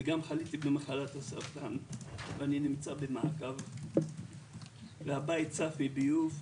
וגם חליתי במחלת הסרטן ואני נמצא במעקב והבית צף מביוב.